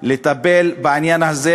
לטפל בעניין הזה,